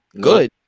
good